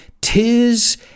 tis